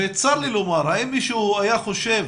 צר לי לומר, האם מישהו היה חושב